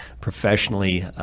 professionally